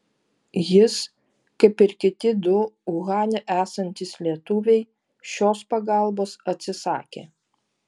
jis kaip ir kiti du uhane esantys lietuviai šios pagalbos atsisakė